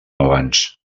abans